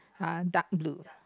!huh! dark blue